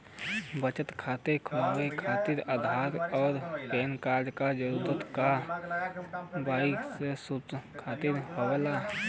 बचत खाता खोले खातिर आधार और पैनकार्ड क जरूरत के वाइ सी सबूत खातिर होवेला